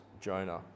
Jonah